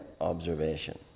observation